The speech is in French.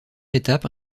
étapes